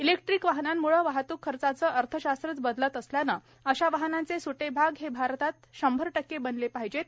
electric वाहनाम्ळे वाहतूक खर्चाचं अर्थशास्त्रच बदलत असल्यानं अशा वाहनांचे सुटे भाग हे भारतात शंभर टक्के बनले पाहिजेत